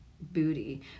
booty